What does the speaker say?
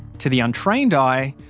to the untrained eye,